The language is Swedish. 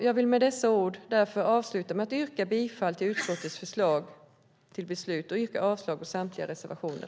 Jag vill därför avsluta med att yrka bifall till utskottets förslag till beslut och avslag på samtliga reservationer.